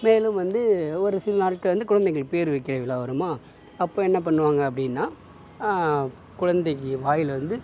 மேலும் வந்து ஒரு சில நாட்களில் வந்து குழந்தைங்களுக்கு பேர் வைக்கிற விழா வருமா அப்போ என்ன பண்ணுவாங்க அப்படினா குழந்தைக்கு வாயில் வந்து